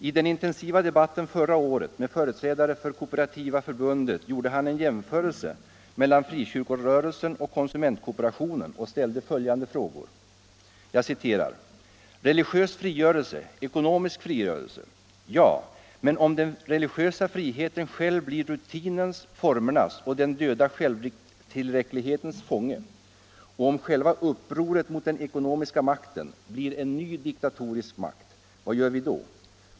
I den intensiva debatten förra året med företrädare för Kooperativa förbundet gjorde han en jämförelse mellan frikyrkorörelsen och konsumentkooperationen och ställde följande frågor: ”Religiös frigörelse, ekonomisk frigörelse: Ja. Men om den religiösa friheten själv blir rutinens, formernas, den döda självtillräcklighetens fånge — och om själva upproret mot den ekonomiska makten blir en ny diktatorisk makt? Vad gör vi då?